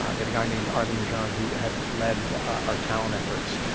that a guy named arvind rajan, who had lead our talent efforts,